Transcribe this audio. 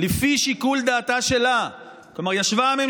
הסדר הטוב במדינה מחייב כי בדרך כלל